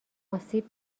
آسیب